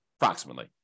approximately